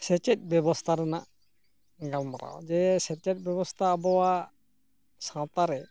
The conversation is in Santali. ᱥᱮᱪᱮᱫ ᱵᱮᱵᱚᱥᱛᱟ ᱨᱮᱱᱟᱜ ᱜᱟᱞᱢᱟᱨᱟᱣ ᱡᱮ ᱥᱮᱪᱮᱫ ᱵᱮᱵᱚᱥᱛᱟ ᱟᱵᱚᱣᱟᱜ ᱥᱟᱶᱛᱟᱨᱮ